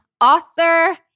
author